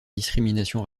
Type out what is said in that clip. discriminations